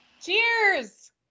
cheers